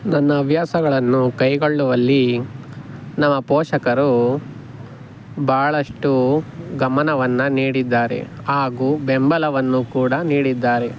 ನನ್ನ ಹವ್ಯಾಸಗಳನ್ನು ಕೈಗೊಳ್ಳುವಲ್ಲಿ ನಮ್ಮ ಪೋಷಕರು ಭಾಳಷ್ಟು ಗಮನವನ್ನು ನೀಡಿದ್ದಾರೆ ಹಾಗೂ ಬೆಂಬಲವನ್ನು ಕೂಡ ನೀಡಿದ್ದಾರೆ